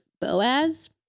Boaz